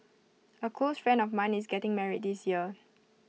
A close friend of mine is getting married this year